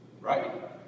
Right